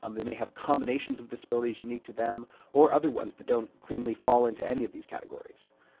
um they may have combinations of disabilities unique to them or other ones that don't cleanly fall into any of these categories.